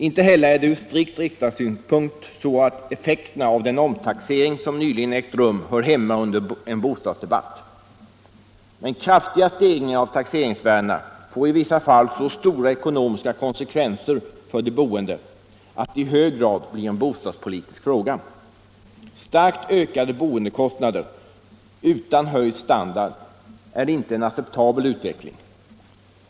Inte heller är det från strikt riksdagssynpunkt så, att effekterna av den omtaxering som nyligen ägt rum hör hemma under denna bostadsdebatt. Men kraftiga stegringar av taxeringsvärdena får i vissa fall så stora ekonomiska konsekvenser för de boende att det i hög grad blir en bostadspolitisk fråga. Starkt ökade boendekostnader utan höjd standard är inte en acceptabel utveckling.